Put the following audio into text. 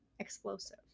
Explosive